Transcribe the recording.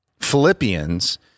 Philippians